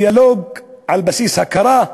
דיאלוג על בסיס הכרה?